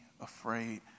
afraid